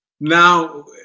Now